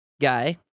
guy